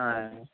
ఆ అ